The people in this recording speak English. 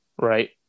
Right